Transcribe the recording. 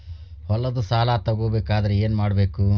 ಹೊಲದ ಸಾಲ ತಗೋಬೇಕಾದ್ರೆ ಏನ್ಮಾಡಬೇಕು?